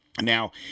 Now